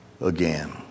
again